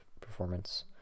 performance